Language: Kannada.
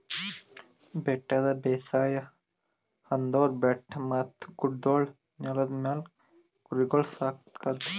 ಬೆಟ್ಟದ ಬೇಸಾಯ ಅಂದುರ್ ಬೆಟ್ಟ ಮತ್ತ ಗುಡ್ಡಗೊಳ್ದ ನೆಲದ ಮ್ಯಾಲ್ ಕುರಿಗೊಳ್ ಸಾಕದ್